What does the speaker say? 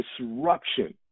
disruption